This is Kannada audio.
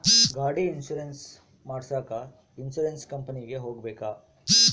ಗಾಡಿ ಇನ್ಸುರೆನ್ಸ್ ಮಾಡಸಾಕ ಇನ್ಸುರೆನ್ಸ್ ಕಂಪನಿಗೆ ಹೋಗಬೇಕಾ?